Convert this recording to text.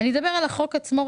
אני אדבר רגע על החוק עצמו,